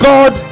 God